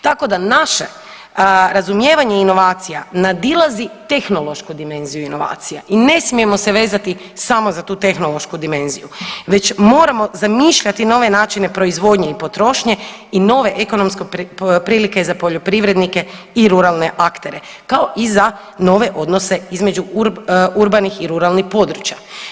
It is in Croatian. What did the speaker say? Tako da naše razumijevanje inovacija nadilazi tehnološku dimenziju inovacija i ne smijemo se vezati samo za tu tehnološku dimenziju već moramo zamišljati nove načine proizvodnje i potrošnje i nove ekonomske prilike za poljoprivrednike i ruralne aktere kao i za nove donose između urbanih i ruralnih područja.